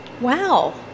Wow